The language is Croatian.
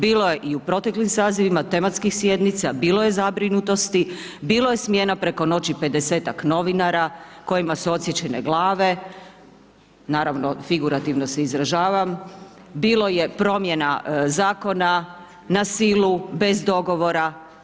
Bilo je i u proteklim sazivima tematskih sjednica, bilo je zabrinutosti, bilo je smjena preko noći 50-ak novinara kojima su „odsječene glave“ naravno figurativno se izražavam, bilo je promjena zakona, na silu, bez dogovora.